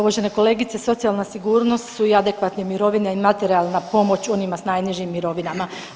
Uvažene kolegice socijalna sigurnost su i adekvatne mirovine i materijalna pomoć onima sa najnižim mirovinama.